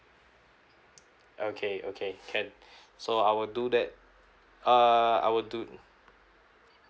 okay okay can so I will do that err I will do